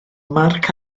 marc